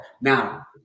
now